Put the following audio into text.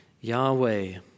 Yahweh